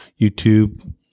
YouTube